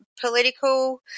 political